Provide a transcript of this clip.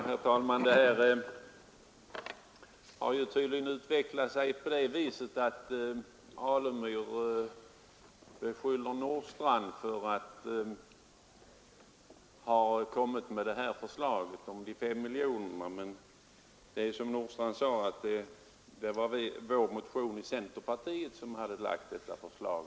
Herr talman! Herr Alemyr beskyller nu herr Nordstrandh för att ha lagt förslaget om de 5 miljoner kronorna, men som herr Nordstrandh förklarade är det vi centerpartimotionärer som har gjort det.